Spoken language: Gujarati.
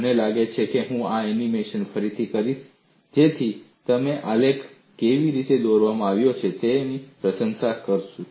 મને લાગે છે કે હું આ એનિમેશન ફરીથી કરીશ જેથી તમે આલેખ કેવી રીતે દોરવામાં આવ્યા છે તેની પ્રશંસા કરી શકશો